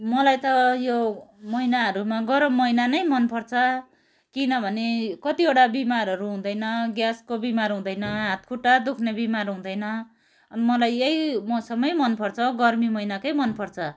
मलाई त यो महिनाहरूमा गरम महिना नै मनपर्छ किनभने कतिवटा बिमारहरू हुँदैन ग्यासको बिमार हुँदैन हात खुट्टा दुख्ने बिमार हुँदैन मलाई यही मौसमै मनपर्छ गर्मी महिनाकै मनपर्छ